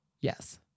Yes